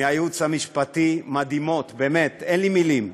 מהייעוץ המשפטי, הן מדהימות, באמת, אין לי מילים,